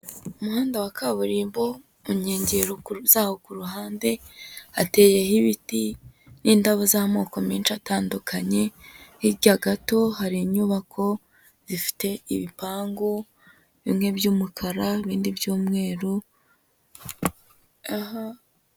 Umuhanda wa kaburimbo mu nkengero zawo ku ruhande hateyeho ibiti n'indabo z'amoko menshi atandukanye, hirya gato hari inyubako zifite ibipangu, bimwe by'umukara, ibindi by'umweru aha...